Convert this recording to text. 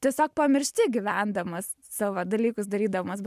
tiesiog pamiršti gyvendamas savo dalykus darydamas bet